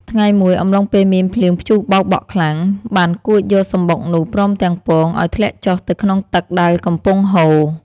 ថ្ងៃមួយ អំឡុងពេលមានភ្លៀងព្យុះបោកបក់ខ្លាំង បានគួចយកសំបុកនោះ ព្រមទាំងពង ឲ្យធ្លាក់ចុះទៅក្នុងទឹកដែលកំពុងហូរ។